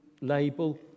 label